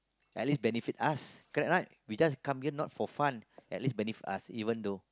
at least benefit us correct right we just come in not for fun at least benefit us even though